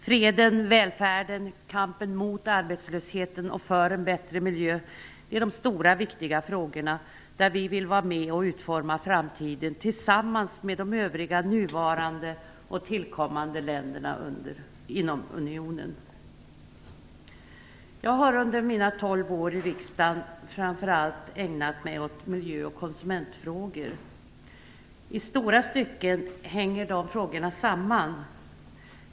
Freden, välfärden, kampen mot arbetslösheten och för en bättre miljö är de stora viktiga frågorna där vi vill vara med och utforma framtiden tillsammans med de övriga nuvarande och tillkommande länderna inom unionen. Jag har under mina 12 år i riksdagen framför allt ägnat mig åt miljö och konsumentfrågor. I stora stycken hänger dessa frågor samman.